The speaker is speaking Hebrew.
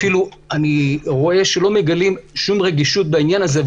אפילו אני רואה שלא מגלים שום רגישות בעניין הזה,